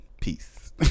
peace